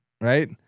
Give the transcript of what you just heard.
right